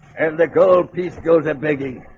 and the gold piece goes up begging